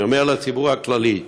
אני אומר: לציבור הכללי.